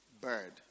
bird